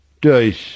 dice